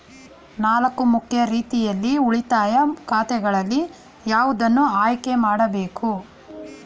ನಾಲ್ಕು ಮುಖ್ಯ ರೀತಿಯ ಉಳಿತಾಯ ಖಾತೆಗಳಲ್ಲಿ ಯಾವುದನ್ನು ಆಯ್ಕೆ ಮಾಡಬೇಕು?